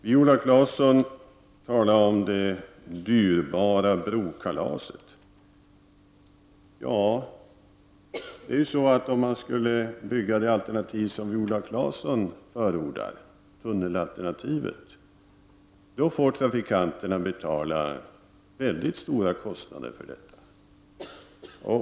Viola Claesson talade om det dyrbara brokalaset. Om man skulle bygga till det alternativ som Viola Claesson förordar, tunnelalternativet, får trafikanterna betala mycket stora kostnader.